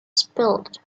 spilled